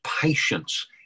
patience